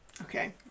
Okay